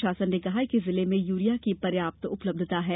प्रशासन ने कहा है कि जिले में यूरिया की पर्याप्त उपलब्धता है